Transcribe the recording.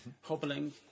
hobbling